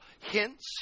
hints